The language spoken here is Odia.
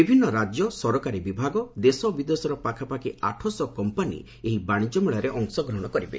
ବିଭିନ୍ନ ରାଜ୍ୟ ସରକାରୀ ବିଭାଗ ଦେଶ ଓ ବିଦେଶର ପାଖାପାଖି ଆଠ ଶହ କମ୍ପାନୀ ଏହି ବାଣିଜ୍ୟ ମେଳାରେ ଅଂଶଗ୍ରହଣ କରିବେ